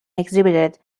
exhibited